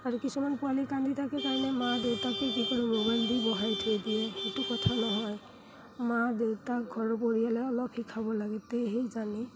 আৰু কিছুমান পোৱালী কান্দি থাকে কাৰণে মা দেউতাকে কি কৰে মোবাইল দি বহাই থৈ দিয়ে সেইটো কথা নহয় মা দেউতাক ঘৰৰ পৰিয়ালে অলপ শিকাব লাগে তে সেই জানি